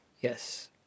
Yes